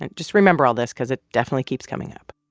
and just remember all this because it definitely keeps coming up.